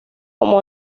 como